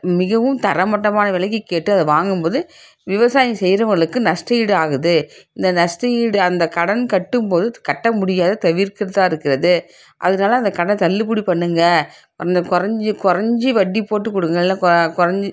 மிகவும் தரமட்டமான விலைக்கி கேட்டு அதை வாங்கும்போது விவசாயம் செய்கிறவங்களுக்கு நஷ்டயீடு ஆகுது இந்த நஷ்டயீடு அந்த கடன் கட்டும்போது கட்டமுடியாது தவிர்க்கிறதாக இருக்குது அது அதனால அந்த கடன் தள்ளுபடி பண்ணுங்கள் கொஞ்சம் குறைஞ்சி குறைஞ்சி வட்டிப்போட்டு கொடுங்க இல்லை கொ குறைஞ்சி